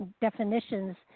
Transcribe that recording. definitions